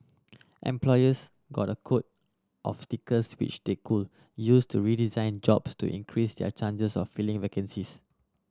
employers got a quota of stickers which they could use to redesign jobs to increase their chances of filling vacancies